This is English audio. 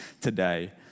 today